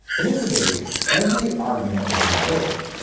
in a debate every argument is important.